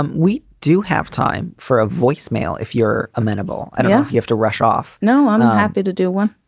um we do have time for a voicemail if you're amenable. and yes, you have to rush off. no, ah no. happy to do one